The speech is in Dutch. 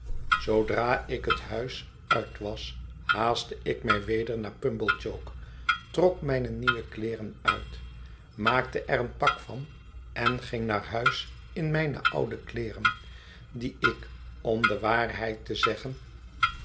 zoodra ik het huis uit was haastte ik mij weder naar pumblechook trok mijne nieuwe kleeren uit maakte er een pak van en ging naar huis in mijne oude kleeren die ik om dewaarheid te zeggen